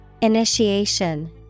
Initiation